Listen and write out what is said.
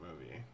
movie